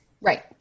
Right